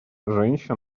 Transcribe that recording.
женщин